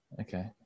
Okay